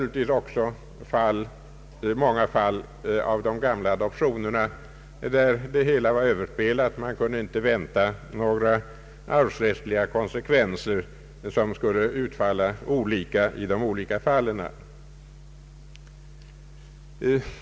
I många fall av de gamla adoptionerna var naturligtvis det hela överspelat — man kunde inte vänta på några arvsrättsliga konsekvenser som skulle utfalla olika i de olika fallen.